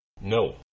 No